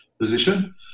position